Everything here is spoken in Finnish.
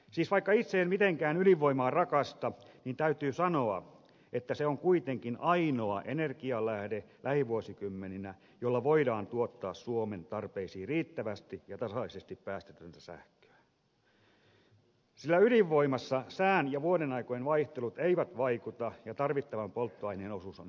siis vaikka itse en mitenkään ydinvoimaa rakasta niin täytyy sanoa että se on kuitenkin ainoa energianlähde lähivuosikymmeninä jolla voidaan tuottaa suomen tarpeisiin riittävästi ja tasaisesti päästötöntä sähköä sillä ydinvoimassa sään ja vuodenaikojen vaihtelut eivät vaikuta ja tarvittavan polttoaineen osuus on erittäin pieni